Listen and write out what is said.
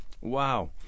Wow